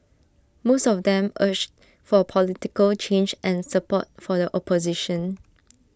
most of them urged for political change and support for the opposition